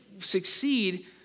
succeed